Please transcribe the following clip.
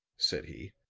said he,